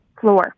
floor